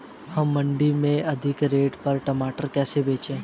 हम मंडी में अधिक रेट पर टमाटर कैसे बेचें?